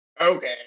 Okay